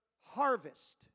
harvest